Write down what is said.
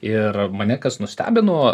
ir mane kas nustebino